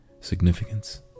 significance